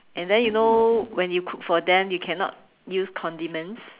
and then you know when you cook for them you cannot use condiments